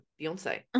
Beyonce